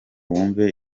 wumve